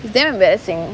it's damn embarassing